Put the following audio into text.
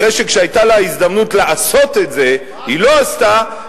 אחרי שכשהיתה לה הזדמנות לעשות את זה היא לא עשתה,